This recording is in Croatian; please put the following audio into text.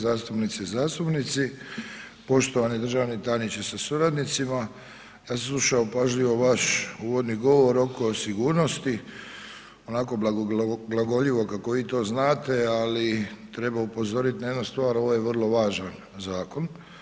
zastupnici i zastupnici, poštovani državni tajniče sa suradnicima, ja sam slušao pažljivo vaš uvodni govor oko sigurnosti, onako blagoglagoljivo kako vi to znate, ali treba upozorit na jednu stvar, ovo je vrlo važan zakon.